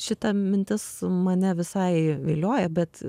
šita mintis mane visai vilioja bet